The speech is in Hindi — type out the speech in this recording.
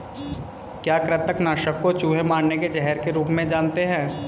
क्या कृतंक नाशक को चूहे मारने के जहर के रूप में जानते हैं?